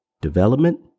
development